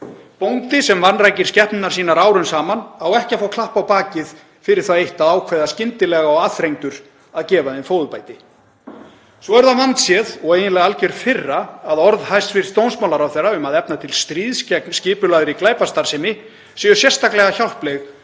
Bóndi sem vanrækir skepnurnar sínar árum saman á ekki að fá klapp á bakið fyrir það eitt að ákveða skyndilega og aðþrengdur að gefa þeim fóðurbæti. Svo er það vandséð og eiginlega algjör firra að orð hæstv. dómsmálaráðherra um að efna til stríðs gegn skipulagðri glæpastarfsemi séu sérstaklega hjálpleg,